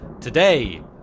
Today